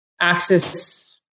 access